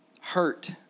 hurt